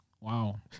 Wow